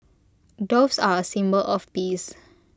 doves are A symbol of peace